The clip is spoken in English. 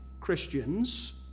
Christians